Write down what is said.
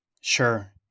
Sure